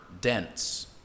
dense